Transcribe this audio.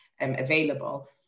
available